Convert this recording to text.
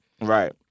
right